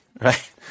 right